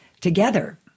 together